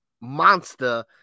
monster